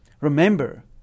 Remember